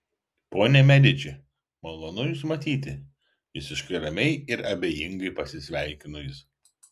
ponia mediči malonu jus matyti visiškai ramiai ir abejingai pasisveikino jis